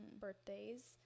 birthdays